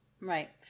Right